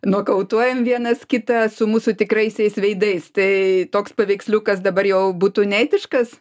nokautuojam vienas kitą su mūsų tikraisiais veidais tai toks paveiksliukas dabar jau būtų neetiškas